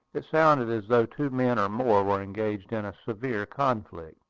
it sounded as though two men or more were engaged in a severe conflict.